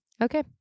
Okay